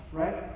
right